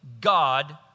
God